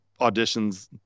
auditions